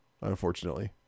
unfortunately